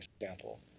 example